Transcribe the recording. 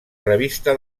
revista